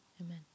amen